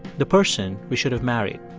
the person we should have married.